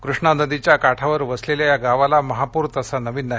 कृष्णा नदीच्या काठावर वसलेल्या या गावाला महापूर तसा नवा नाही